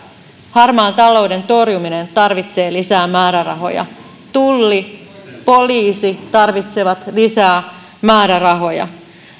harmaan talouden torjuminen tarvitsee lisää määrärahoja tulli ja poliisi tarvitsevat lisää määrärahoja